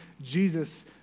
Jesus